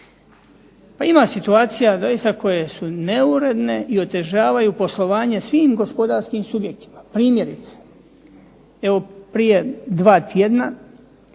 Pa ima situacija doista koje su neuredne i otežavaju poslovanje svim gospodarskim subjektima. Primjerice. Evo prije dva tjedna